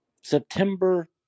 September